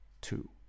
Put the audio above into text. two